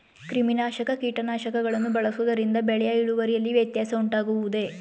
ಕ್ರಿಮಿನಾಶಕ ಕೀಟನಾಶಕಗಳನ್ನು ಬಳಸುವುದರಿಂದ ಬೆಳೆಯ ಇಳುವರಿಯಲ್ಲಿ ವ್ಯತ್ಯಾಸ ಉಂಟಾಗುವುದೇ?